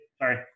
sorry